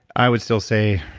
i would still say,